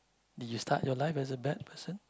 did you start your life as a bad person